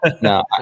No